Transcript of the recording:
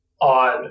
on